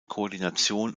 koordination